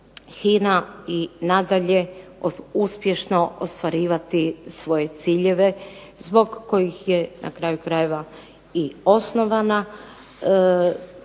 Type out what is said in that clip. HINA i nadalje uspješno ostvarivati svoje ciljeve zbog kojih je na kraju krajeva i osnovana.